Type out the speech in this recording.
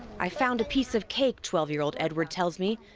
i found a piece of cake, twelve year old edward tells me,